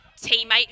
teammate